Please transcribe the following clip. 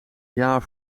jaar